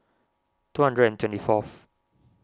two hundred and twenty fourth